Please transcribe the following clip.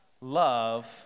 love